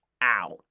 Out